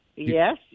Yes